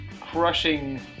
crushing